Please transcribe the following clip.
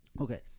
okay